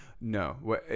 No